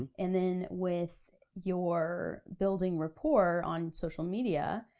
and then with your building rapport on social media,